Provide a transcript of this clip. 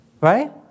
Right